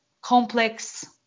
complex